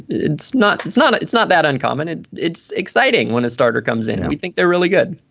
it's not it's not it's not that uncommon and it's exciting when a starter comes in. i think they're really good